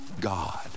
God